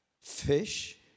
fish